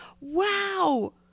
Wow